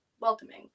welcoming